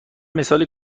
مثالی